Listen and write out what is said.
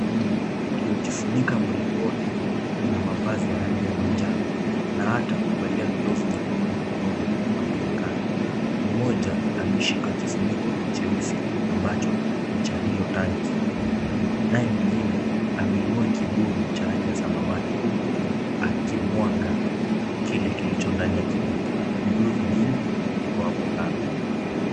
Watu wawili waliojifunika mwili wote na mavazi ya rangi ya manjano na hata kuvalia glovu nyekundu mikononi wanaonekana. Mmoja ameshika kifuniko cheusi ambacho ni cha hilo tanki, naye mwingine ameinua kibuyu cha rangi ya samawati huku akimwaga kile kilicho ndani ya kibuyu. Vibuyu vingine viko hapo kando.